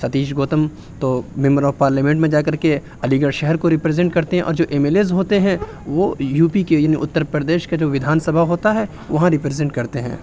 ستیش گوتم تو member of parliament میں جا کر کے علی گڑھ شہر کو ریپرزینٹ کرتے ہیں اور جو ایم ایل ایز ہوتے ہیں وہ یو پی کے یعنی اتر پردیش کا جو ودھان سبھا ہوتا ہے وہاں ریپرزینٹ کرتے ہیں